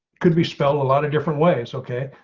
could be spelled a lot of different ways. okay,